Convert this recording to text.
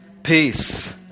Peace